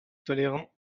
tolérant